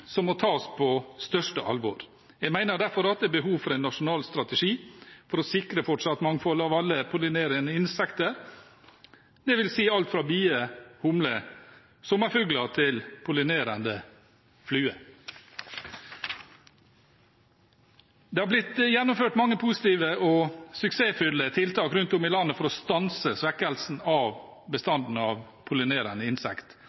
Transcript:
som må tas på største alvor. Jeg mener derfor at det er behov for en nasjonal strategi for å sikre fortsatt mangfold av alle pollinerende insekter, dvs. alt fra bier, humler og sommerfugler til pollinerende fluer. Det har blitt gjennomført mange positive og suksessfulle tiltak rundt om i landet for å stanse svekkelsen av